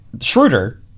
Schroeder